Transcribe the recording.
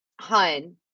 Hun